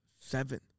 seven